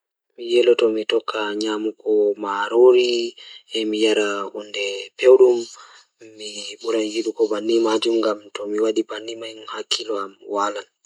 Mi yeloto mi So tawii e kala ngal ɗiɗi, Mi waɗataa jaɓde waɗude pizzar, ko nde o waɗataa njiddaade baɗɗo tigi, kadi pizza waawataa foti e ndiyam e kadi miɗo njammbude nguurndam goɗɗo.